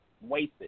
wasted